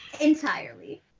Entirely